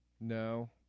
No